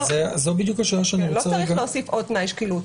לא צריך להוסיף כאן עוד תנאי שקילות.